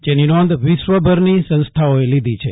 જેની નોંધ વિશ્વભરની સંસ્થાઓએ લીધી છે